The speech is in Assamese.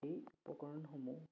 এই উপকৰণসমূহ